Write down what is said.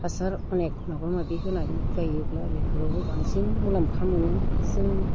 हासार अनेख माबा माबि होनानै गायोब्ला बेफोरावबो बांसिन मुलामफा मोनो जों